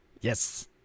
yes